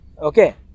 Okay